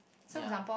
ya